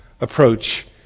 approach